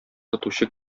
тотучы